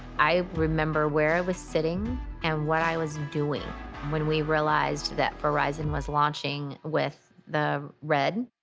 i remember where i was sitting and what i was doing when we realized that verizon was launching with the red.